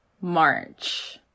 March